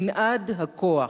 מנעד הכוח.